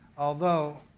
although